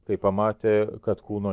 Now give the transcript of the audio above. kai pamatė kad kūno